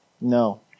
No